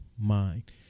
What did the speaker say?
mind